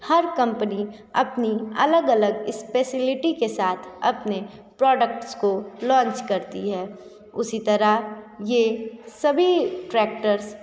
हर company अपनी अलग अलग स्पेशलिटी के साथ अपने प्रॉडक्ट्स को लॉन्च करती है उसी तरह यह सभी ट्रैक्टर्स